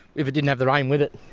if it didn't have the rain with it.